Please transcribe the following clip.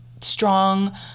strong